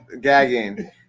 gagging